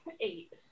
Eight